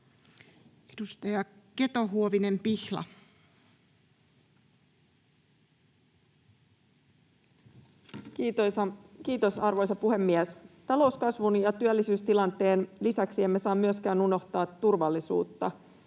Time: 16:26 Content: Kiitos, arvoisa puhemies! Talouskasvun ja työllisyystilanteen lisäksi emme saa myöskään unohtaa turvallisuutta.